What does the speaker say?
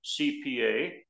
CPA